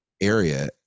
area